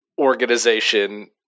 Organization